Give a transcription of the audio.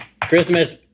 Christmas